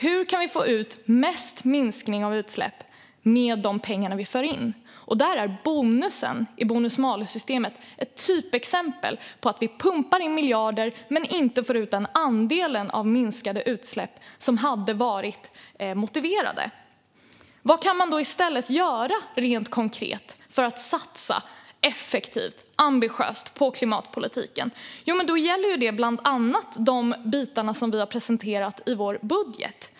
Hur kan vi få ut mest minskning av utsläpp med de pengar vi för in? Där är bonusen i bonus malus-systemet ett typexempel på att vi pumpar in miljarder men inte får ut den andel av minskade utsläpp som hade varit motiverande. Vad kan man då i stället göra rent konkret för att satsa effektivt och ambitiöst på klimatpolitiken? Det gäller bland annat de bitar som vi har presenterat i vår budget.